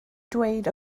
dweud